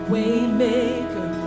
Waymaker